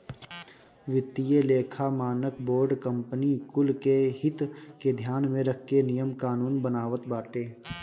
वित्तीय लेखा मानक बोर्ड कंपनी कुल के हित के ध्यान में रख के नियम कानून बनावत बाटे